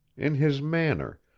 in his manner,